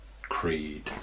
Creed